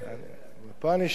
בתחילת אוגוסט פקע